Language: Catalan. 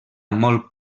molt